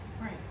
right